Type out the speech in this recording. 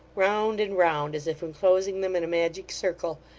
round and round, as if enclosing them in a magic circle,